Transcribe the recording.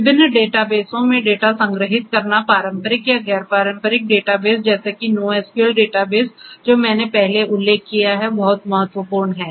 विभिन्न डेटाबेसों में डेटा संग्रहीत करना पारंपरिक या गैर पारंपरिक डेटाबेस जैसे कि NoSQL डेटाबेस जो मैंने पहले उल्लेख किया है बहुत महत्वपूर्ण है